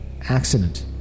accident